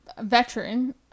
Veteran